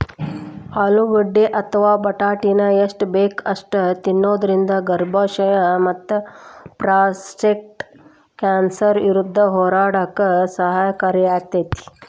ಆಲೂಗಡ್ಡಿ ಅಥವಾ ಬಟಾಟಿನ ಎಷ್ಟ ಬೇಕ ಅಷ್ಟ ತಿನ್ನೋದರಿಂದ ಗರ್ಭಾಶಯ ಮತ್ತಪ್ರಾಸ್ಟೇಟ್ ಕ್ಯಾನ್ಸರ್ ವಿರುದ್ಧ ಹೋರಾಡಕ ಸಹಕಾರಿಯಾಗ್ಯಾತಿ